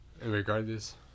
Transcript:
Regardless